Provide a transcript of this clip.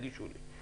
תגישו לי.